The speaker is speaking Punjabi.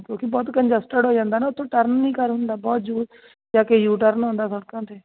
ਕਿਉਂਕਿ ਬਹੁਤ ਕੰਜਸਟਡ ਹੋ ਜਾਂਦਾ ਨਾ ਉੱਥੋਂ ਟਰਨ ਨਹੀਂ ਕਰ ਹੁੰਦਾ ਬਹੁਤ ਜੂ ਜਾ ਕੇ ਯੂਟਰਨ ਹੁੰਦਾ ਸੜਕਾਂ 'ਤੇ